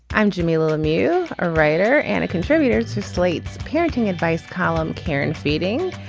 i'm jamilah lemieux a writer and a contributor to slate's parenting advice column. care and feeding.